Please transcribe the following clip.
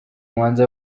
muhanzi